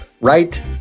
right